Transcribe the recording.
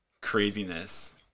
craziness